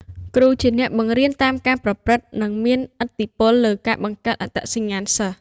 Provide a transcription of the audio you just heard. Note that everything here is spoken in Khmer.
គ្រូជាអ្នកបង្រៀនតាមការប្រព្រឹត្ត និងមានឥទ្ធិពលលើការបង្កើតអត្តសញ្ញាណសិស្ស។